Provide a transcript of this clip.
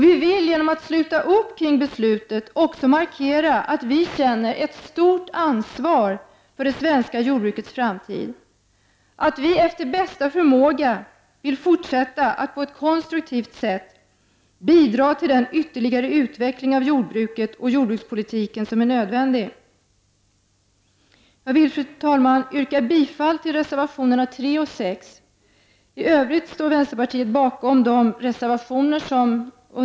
Vi vill genom att sluta upp kring beslutet markera att vi känner ett stort ansvar för det svenska jordbruket i framtiden, att vi efter bästa förmåga vill fortsätta att på ett konstruktivt sätt bidra till den ytterligare utveckling av jordbruket och jordbrukspolitiken som är nödvändig. Jag vill, fru talman, yrka bifall till reservationerna 3 och 6 och till vänsterpartiets reservationer.